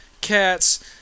cats